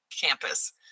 campus